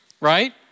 right